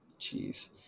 Jeez